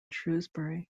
shrewsbury